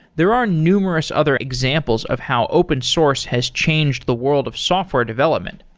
there are numerous other examples of how open source has changed the world of software development.